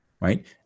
right